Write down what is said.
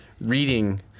reading